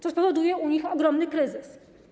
To spowoduje u nich ogromny kryzys.